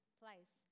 place